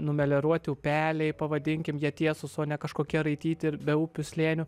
numelioruoti upeliai pavadinkime jie tiesūs o ne kažkokie raityti ir be upių slėnių